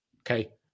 Okay